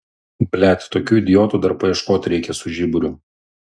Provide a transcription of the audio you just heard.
blet tokių idiotų dar paieškot reikia su žiburiu